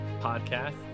Podcast